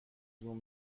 زوم